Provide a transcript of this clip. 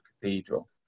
cathedral